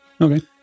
Okay